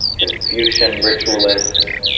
confucian ritualists,